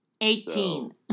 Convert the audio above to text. Eighteen